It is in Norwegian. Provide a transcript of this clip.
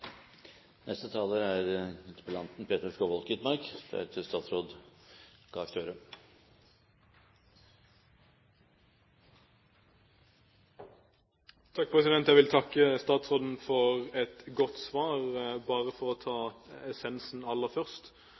Jeg vil takke statsråden for et godt svar. Bare for å ta essensen aller først: